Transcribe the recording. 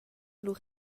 lur